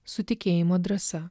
su tikėjimo drąsa